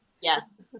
yes